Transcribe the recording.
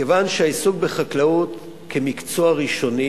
כיוון שהעיסוק בחקלאות, כמקצוע ראשוני